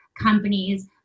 companies